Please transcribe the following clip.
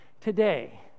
today